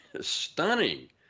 stunning